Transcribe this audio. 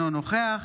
אינו נוכח